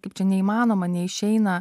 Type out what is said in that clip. kaip čia neįmanoma neišeina